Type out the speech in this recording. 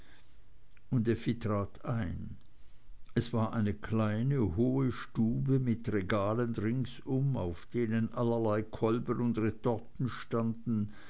und effi trat ein es war eine kleine hohe stube mit regalen ringsherum auf denen allerlei kolben und retorten standen